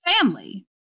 family